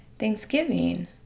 Thanksgiving